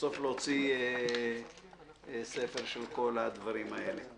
להוציא ספר בסוף של כל הדברים האלה.